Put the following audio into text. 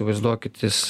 vaizduokit jis